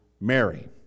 Mary